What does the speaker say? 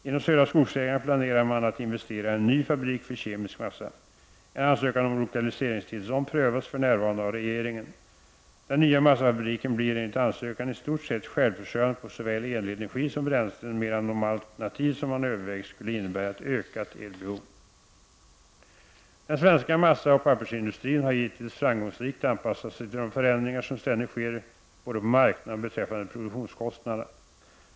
Inom Södra Skogsägarna planerar man att investera i en ny fabrik för kemisk massa. En ansökan om lokaliseringstillstånd prövas för närvarande av regeringen. Den nya massafabriken blir enligt ansökan i stort sett självförsörjande på såväl elenergi som bränslen, medan de alternativ som man övervägt skulle innebära ett ökat elbehov. Den svenska massaoch pappersindustrin har hittills framgångsrikt anpassat sig till de förändringar som ständigt sker både på marknaden och beträf fande produktionskostnaderna.